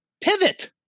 Pivot